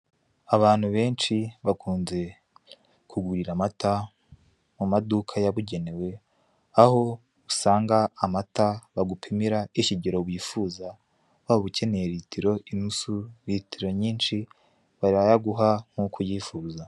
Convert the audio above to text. Abantu benshi bakunze ku kugurira amata mu maduka yabugenewe, aho usanga amata bagupimira ikigiro wifuza, waba ukeneye ritiro, inusu, ritiro nyinshi, barayaguha nk'uko uyifuza.